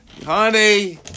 Connie